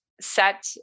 set